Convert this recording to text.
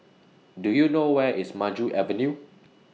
Do YOU know Where IS Maju Avenue